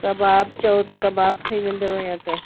कबाब चओ त कबाब ठही वेंदव या त